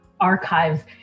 archives